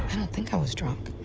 think i was drunk.